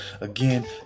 again